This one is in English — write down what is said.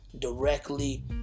directly